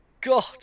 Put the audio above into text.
god